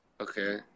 Okay